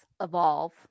evolve